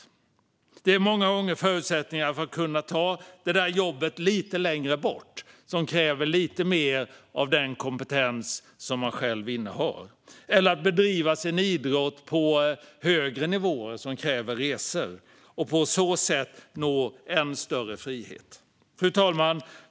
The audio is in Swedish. Bilen är många gånger förutsättningen för att ta det där jobbet som ligger lite längre bort och som kräver lite mer av den kompetens som man själv innehar, eller att bedriva sin idrott på högre nivå, vilket kräver resor, och på så sätt nå en större frihet. Fru talman!